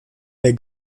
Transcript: der